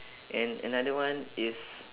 and another one is